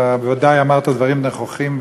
אתה בוודאי אמרת דברים נכוחים,